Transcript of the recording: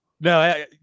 No